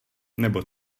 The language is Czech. nebo